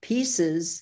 Pieces